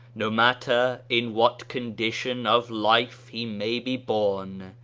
no matter in what condition of life he may be born,